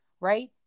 right